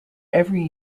every